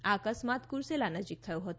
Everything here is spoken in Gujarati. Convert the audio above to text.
આ અકસ્માત કુરસેલા નજીક થયો હતો